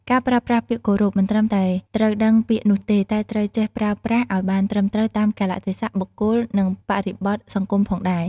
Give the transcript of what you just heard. ការប្រើប្រាស់ពាក្យគោរពមិនត្រឹមតែត្រូវដឹងពាក្យនោះទេ តែត្រូវចេះប្រើប្រាស់ឱ្យបានត្រឹមត្រូវតាមកាលៈទេសៈ បុគ្គល និងបរិបទសង្គមផងដែរ។